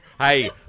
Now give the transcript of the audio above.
Hey